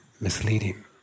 misleading